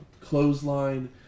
clothesline